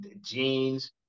jeans